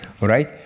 right